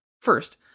First